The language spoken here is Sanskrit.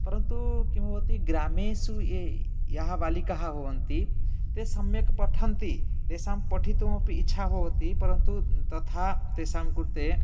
परन्तु किं भवति ग्रामेषु ये यः बालिकाः भवन्ति ते सम्यक् पठन्ति तासां पठितुमपि इच्छा भवति परन्तु तथा तासां कृते